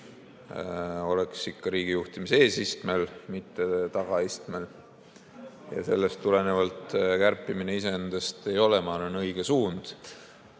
oleks ikka riigijuhtimise eesistmel, mitte tagaistmel. Sellest tulenevalt kärpimine iseendast ei ole, ma arvan, õige suund.